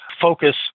focus